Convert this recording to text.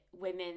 women